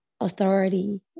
authority